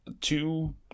Two